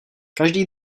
každý